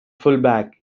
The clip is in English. fullback